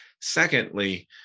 secondly